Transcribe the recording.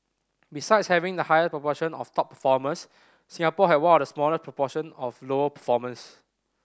besides having the highest proportion of top performers Singapore had one of the smallest proportion of low performers